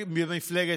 פורר.